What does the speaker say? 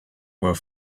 were